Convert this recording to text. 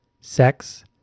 sex